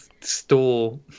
store